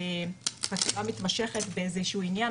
מה שנקרא מתמשכת באיזה שהוא עניין,